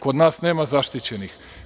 Kod nas nema zaštićenih.